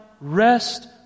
rest